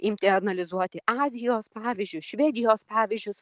imti analizuoti azijos pavyzdžiui švedijos pavyzdžius